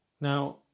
Now